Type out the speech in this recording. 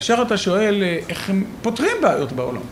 כאשר אתה שואל איך הם פותרים בעיות בעולם.